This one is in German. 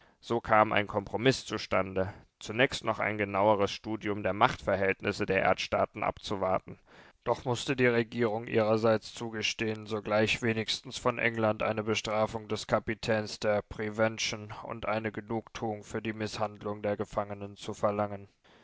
so kam ein kompromiß zustande zunächst noch ein genaueres studium der machtverhältnisse der erdstaaten abzuwarten doch mußte die regierung ihrerseits zugestehen sogleich wenigstens von england eine bestrafung des kapitäns der prevention und eine genugtuung für die mißhandlung der gefangenen zu verlangen